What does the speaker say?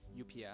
UPS